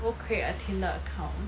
go create a tinder account